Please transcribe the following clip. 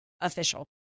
official